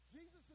Jesus